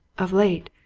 of late,